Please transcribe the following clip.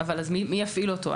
אז מי יפעיל אותו?